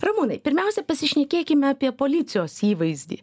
ramūnai pirmiausia pasišnekėkime apie policijos įvaizdį